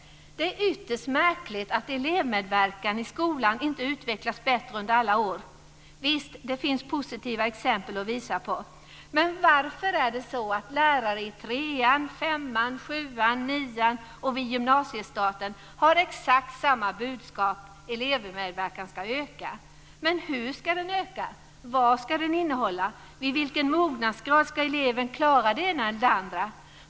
Det är ytterst märkligt att elevmedverkan i skolan inte utvecklats bättre under alla år. Visst, det finns positiva exempel att visa på. Men varför är det så att lärare i trean, femman, sjuan, nian och vid gymnasiestarten har exakt samma budskap, att elevmedverkan ska öka. Hur ska elevmedverkan öka, vad ska den innehålla, och vid vilken mognadsgrad ska eleven klara det ena eller det andra?